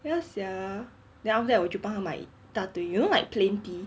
ya sia then after that 我就帮他买一大堆 you know like plain tee